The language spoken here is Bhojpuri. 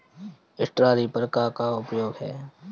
स्ट्रा रीपर क का उपयोग ह?